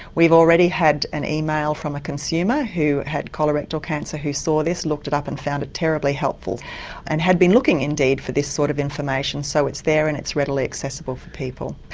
we've already had an email from a consumer who had colorectal cancer who saw this, looked it up and found it terribly helpful and had been looking indeed for this sort of information so it's there and it's readily accessible for people.